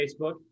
Facebook